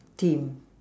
team